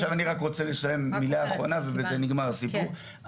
עכשיו אני רוצה לסיים במילה אחרונה ובזה נגמר הסיפור,